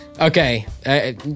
Okay